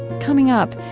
coming up,